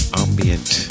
ambient